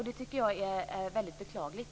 Det tycker jag är väldigt beklagligt.